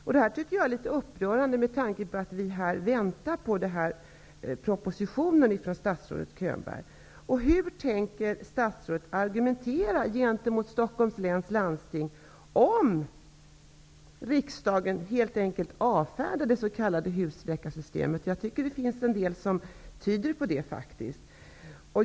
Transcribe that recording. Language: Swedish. Jag tycker detta är litet upprörande med tanke på att vi väntar på proposition från statsrådet Bo Könberg i den här frågan. Hur tänker statsrådet argumentera gentemot Stockholms läns landsting om riksdagen helt enkelt avfärdar förslaget om det s.k. husläkarsystemet? Det finns en del tecken som faktiskt tyder på den utgången.